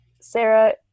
Sarah